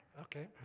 Okay